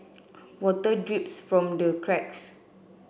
water drips from the cracks